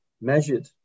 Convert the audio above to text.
measured